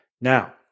Now